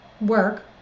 work